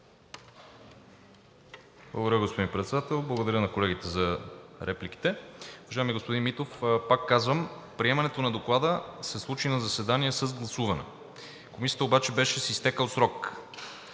Благодаря, господин Председател. Благодаря на колегите за репликите. Уважаеми господин Митов, пак казвам, приемането на Доклада се случи на заседание с гласуване, Комисията обаче беше с изтекъл срок.